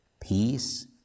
peace